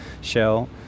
Shell